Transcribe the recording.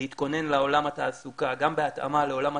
להתכונן לעולם התעסוקה,